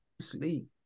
Sleep